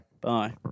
Bye